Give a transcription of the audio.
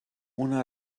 una